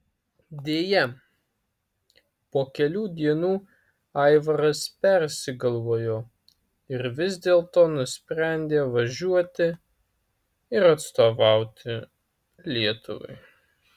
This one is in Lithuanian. deja po kelių dienų aivaras persigalvojo ir vis dėlto nusprendė važiuoti ir atstovauti lietuvai